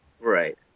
Right